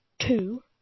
two